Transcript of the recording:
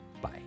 Bye